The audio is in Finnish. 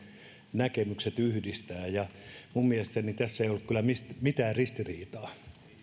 näkemykset yhdistää minun mielestäni tässä ei ole kyllä mitään ristiriitaa